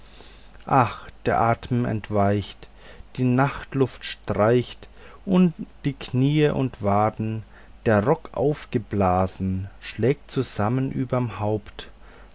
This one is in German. ach der atem entweicht die nachtluft streicht um knie und wade der rock aufgeblasen schlägt zusammen überm haupt